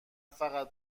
فقط